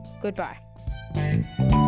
Goodbye